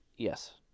Yes